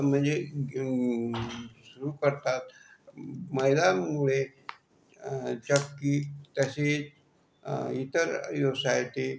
म्हणजे सुरू करतात महिलांमुळे चक्की तसेच इतर व्यवसायासाठी